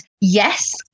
yes